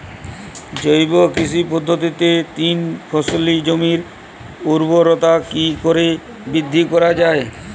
জৈব কৃষি পদ্ধতিতে তিন ফসলী জমির ঊর্বরতা কি করে বৃদ্ধি করা য়ায়?